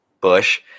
Bush